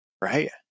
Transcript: right